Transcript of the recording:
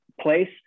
place